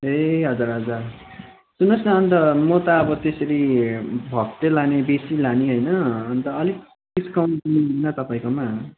ए हजुर हजुर सुन्नुहोस् न अन्त म त अब त्यसरी घप्पै लाने बेसी लाने होइन अन्त अलिक डिस्काउन्ट दिनु हुन्न तपाईँकोमा